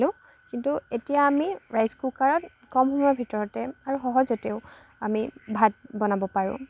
কিন্তু এতিয়া আমি ৰাইচ কুকাৰত কম সময়ৰ ভিতৰতে আৰু সহজতেও আমি ভাত বনাব পাৰোঁ